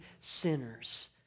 sinners